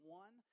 one